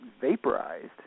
vaporized